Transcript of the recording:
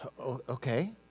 Okay